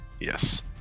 Yes